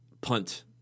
punt